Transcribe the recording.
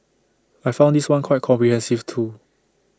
I found this one quite comprehensive too